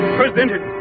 presented